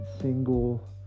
single